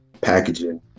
packaging